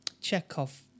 Chekhov